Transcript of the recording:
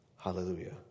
Hallelujah